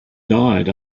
died